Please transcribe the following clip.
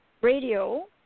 Radio